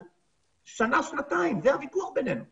למי יבואו